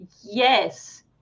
yes